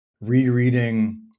rereading